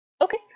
Okay